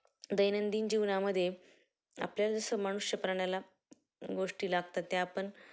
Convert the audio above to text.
दैनंदिन जीवनामध्ये आपल्याला जसं मनुष्य प्राण्याला गोष्टी लागतात त्या आपण